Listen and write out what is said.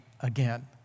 again